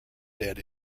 dead